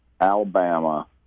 Alabama